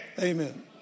Amen